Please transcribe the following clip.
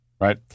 right